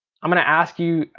i'm gonna ask you,